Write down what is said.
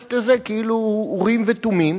מתייחסת לזה כאילו הוא אורים ותומים,